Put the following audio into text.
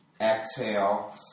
Exhale